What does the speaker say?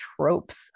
tropes